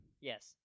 Yes